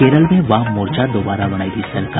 केरल में वाम मोर्चा दोबारा बनायेगी सरकार